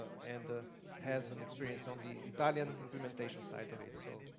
and has and experience on the italian implementation side of it. so